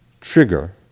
trigger